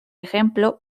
ejemplo